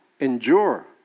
endure